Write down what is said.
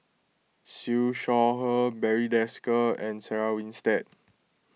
Siew Shaw Her Barry Desker and Sarah Winstedt